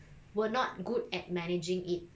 were not good at managing it